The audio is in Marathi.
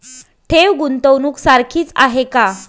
ठेव, गुंतवणूक सारखीच आहे का?